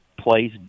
plays